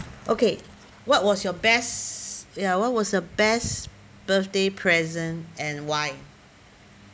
okay what was your best what was your best birthday present and why